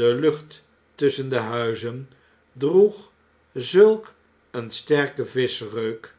de lucht tusschen de huizen droeg zulk een sterken vischreuk